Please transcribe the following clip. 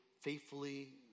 faithfully